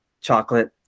chocolate